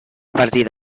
partir